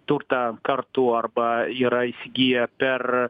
turtą kartu arba yra įsigiję per